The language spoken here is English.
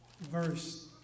verse